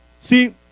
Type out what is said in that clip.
See